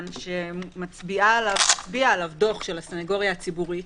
שמצביע עליו הדוח של הסניגוריה הציבורית,